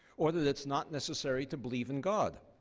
or that it's not necessary to believe in god.